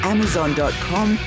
Amazon.com